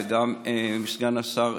וגם של סגן השר,